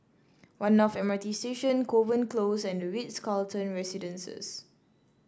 One North M R T Station Kovan Close and the Ritz Carlton Residences